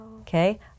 Okay